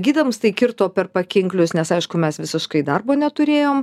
gidams tai kirto per pakinklius nes aišku mes visiškai darbo neturėjom